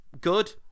good